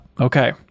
okay